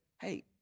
hey